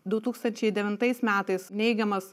du tūkstančiai devintais metais neigiamas